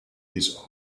his